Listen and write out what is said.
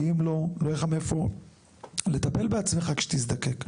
כי אם לא, לא יהיה לך מאיפה לטפל בעצמך כשתזדקק.